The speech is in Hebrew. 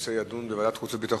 שהנושא יידון בוועדת חוץ וביטחון?